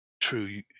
true